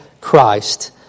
Christ